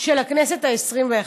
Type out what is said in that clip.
של הכנסת העשרים-ואחת.